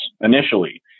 initially